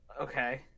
Okay